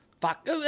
Fuck